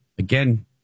Again